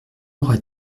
auras